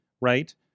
Right